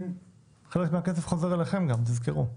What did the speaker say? חלק מהכסף חוזר אליכם גם, תזכרו.